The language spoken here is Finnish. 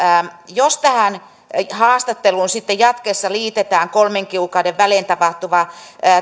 jos tähän haastatteluun sitten jatkossa liitetään kolmen kuukauden välein tapahtuva